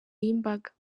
y’imbaga